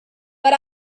but